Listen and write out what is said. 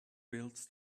bills